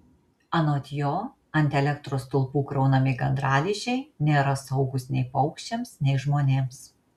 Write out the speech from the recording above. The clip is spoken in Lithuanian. anot jo ant elektros stulpų kraunami gandralizdžiai nėra saugūs nei paukščiams nei žmonėms